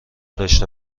داشته